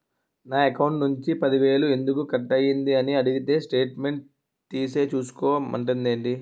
నా అకౌంట్ నుంచి పది వేలు ఎందుకు కట్ అయ్యింది అని అడిగితే స్టేట్మెంట్ తీసే చూసుకో మంతండేటి